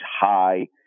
high